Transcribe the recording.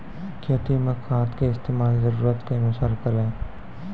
खेती मे खाद के इस्तेमाल जरूरत के अनुसार करऽ